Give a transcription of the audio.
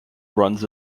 runs